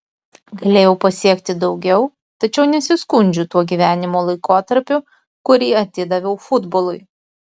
galėjau pasiekti daugiau tačiau nesiskundžiu tuo gyvenimo laikotarpiu kurį atidaviau futbolui